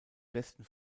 besten